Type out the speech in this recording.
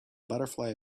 butterfly